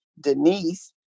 Denise